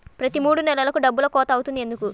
ప్రతి మూడు నెలలకు డబ్బులు కోత అవుతుంది ఎందుకు?